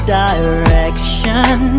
direction